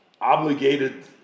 obligated